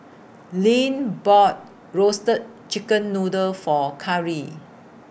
Lynn bought Roasted Chicken Noodle For Carri